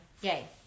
Yay